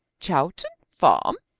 chowton farm!